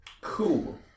Cool